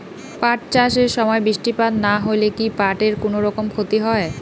পাট চাষ এর সময় বৃষ্টিপাত না হইলে কি পাট এর কুনোরকম ক্ষতি হয়?